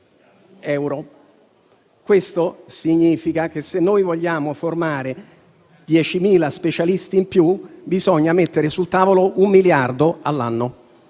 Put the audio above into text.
Questo significa che, se noi vogliamo formare dieci specialisti in più, bisogna mettere sul tavolo un miliardo all'anno.